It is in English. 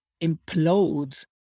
implodes